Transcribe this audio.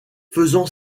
faisant